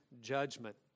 judgment